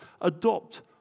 adopt